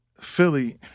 philly